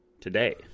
today